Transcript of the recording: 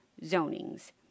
zonings